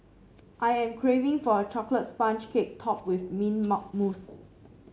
I am craving for a chocolate sponge cake topped with mint mousse